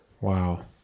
Wow